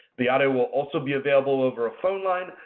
the audio will also be available over a phone line,